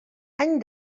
any